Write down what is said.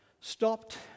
stopped